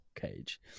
cage